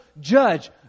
Judge